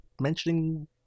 mentioning